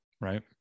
right